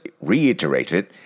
reiterated